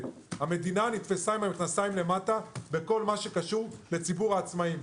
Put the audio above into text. - המדינה נתפסה עם המכנסיים למטה בכל הקשור לציבור העצמאיים.